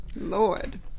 Lord